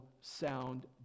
sound